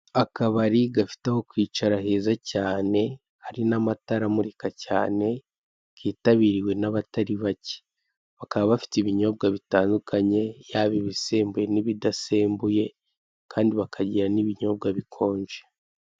Akabari gafite aho kwicara heza cyane hari n'amatara amurika cyane kitabiriwe n'abatari bacye, bakaba bafite ibinyobwa bitandukanye yaba ibisembuye n'ibidasembuye kandi bakagira n'ibinyobwa bikonje.